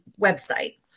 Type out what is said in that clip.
website